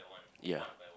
ya